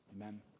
Amen